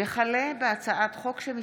הצעת חוק-יסוד: